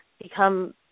become